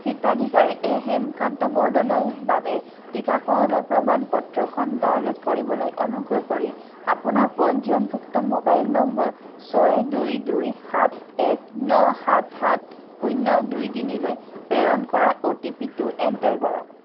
হিতাধিকাৰী হেমকান্ত বৰদলৈৰ বাবে টীকাকৰণৰ প্ৰমাণপত্ৰখন ডাউনলোড কৰিবলৈ অনুগ্ৰহ কৰি আপোনাৰ পঞ্জীয়নভুক্ত মোবাইল নম্বৰ ছয় দুই দুই সাত এক ন সাত সাত শূন্য দুই তিনিলৈ প্ৰেৰণ কৰা অ' টি পি টো এণ্টাৰ কৰক